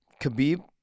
khabib